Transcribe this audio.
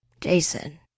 Jason